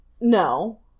No